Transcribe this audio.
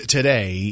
Today